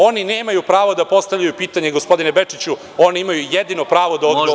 Oni nemaju pravo da postavljaju pitanje gospodine Bečiću, oni imaju jedino pravo da odgovaraju.